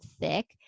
thick